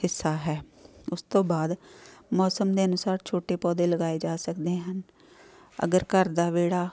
ਹਿੱਸਾ ਹੈ ਉਸ ਤੋਂ ਬਾਅਦ ਮੌਸਮ ਦੇ ਅਨੁਸਾਰ ਛੋਟੇ ਪੌਦੇ ਲਗਾਏ ਜਾ ਸਕਦੇ ਹਨ ਅਗਰ ਘਰ ਦਾ ਵਿਹੜਾ